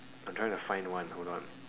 I'm trying to find one hold on